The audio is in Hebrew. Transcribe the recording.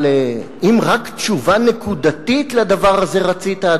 אבל אם רק תשובה נקודתית לדבר הזה רצית,